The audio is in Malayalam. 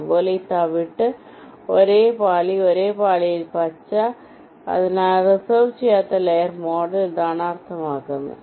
അതുപോലെ ഈ തവിട്ട് ഒരേ പാളി ഒരേ പാളിയിൽ പച്ച അതിനാൽ റിസർവ് ചെയ്യാത്ത ലെയർ മോഡൽ ഇതാണ് അർത്ഥമാക്കുന്നത്